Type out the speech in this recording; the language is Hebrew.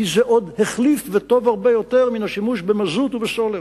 כי זה החליף וטוב הרבה יותר מהשימוש במזוט ובסולר.